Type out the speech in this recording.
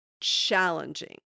challenging